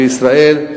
בישראל.